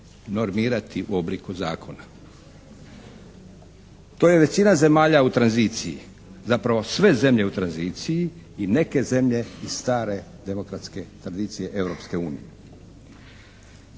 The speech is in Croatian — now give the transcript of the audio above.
normirati u obliku zakona. To je većina zemalja u tranziciji, zapravo sve zemlje u tranziciji i neke zemlje iz stare demokratske tradicije